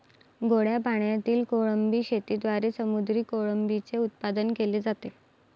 गोड्या पाण्यातील कोळंबी शेतीद्वारे समुद्री कोळंबीचे उत्पादन केले जाते